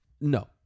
No